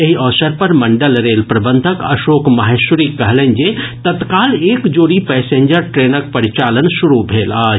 एहि अवसर पर मंडल रेल प्रबंधक अशोक माहेश्वरी कहलनि जे तत्काल एक जोड़ी पैसेंजर ट्रेनक परिचालन शुरू भेल अछि